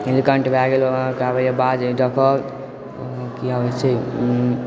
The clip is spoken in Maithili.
नीलकण्ठ भै गेल बाज डकहर की नाम छै